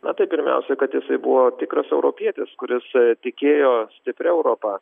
na tai pirmiausia kad jisai buvo tikras europietis kuris tikėjo stipria europa